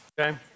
Okay